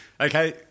Okay